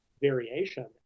variation